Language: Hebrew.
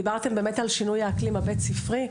דיברתם גם על שינוי האקלים הבית הספרי.